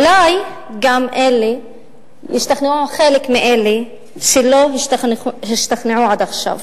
אולי גם חלק מאלה שלא השתכנעו עד עכשיו.